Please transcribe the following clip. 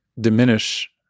diminish